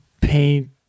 paint